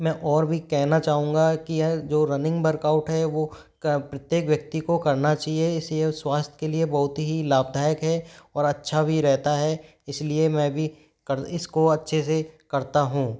मैं और भी कहना चाहूँगा कि जो रनिंग वर्कआउट है वह क प्रत्येक व्यक्ति को करना चाहिए इससे यो स्वास्थय के लिए बहुत ही लाभदायक है और अच्छा भी रहता है इसलिए मैं भी कर इसको अच्छे से करता हूँ